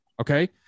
Okay